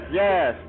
yes